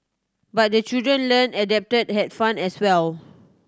but the children learnt adapted had fun as well